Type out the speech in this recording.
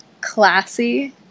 classy